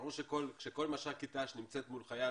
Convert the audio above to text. ברור שככל שמשק"ית תנאי שירות נמצאת מול חייל